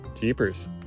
jeepers